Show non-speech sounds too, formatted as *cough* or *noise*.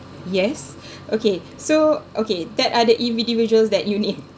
yes *breath* okay so okay that are the individuals that you named